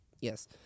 yes